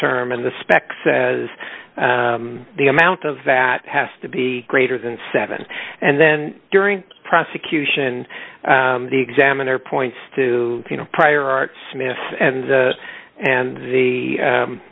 term and the spec says the amount of that has to be greater than seven and then during prosecution the examiner points to you know prior art smith and and the